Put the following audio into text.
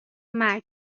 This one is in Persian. مرگ